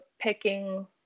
picking